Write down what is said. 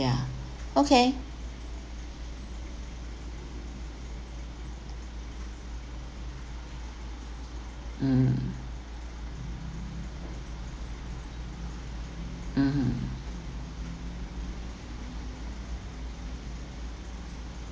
yeah okay mm mmhmm